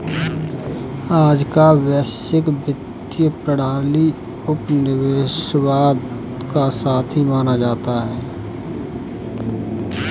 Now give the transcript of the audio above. आज का वैश्विक वित्तीय प्रणाली उपनिवेशवाद का साथी माना जाता है